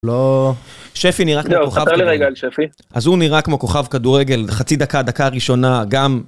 לא, שפי נראה כמו כוכב כדורגל, אז הוא נראה כמו כוכב כדורגל, חצי דקה, דקה ראשונה, גם